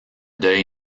deuil